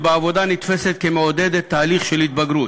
בעבודה נתפס כמעודד תהליך של התבגרות.